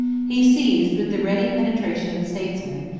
he seized, with the ready penetration of a statesman,